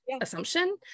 assumption